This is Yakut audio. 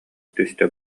түстэ